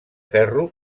ferro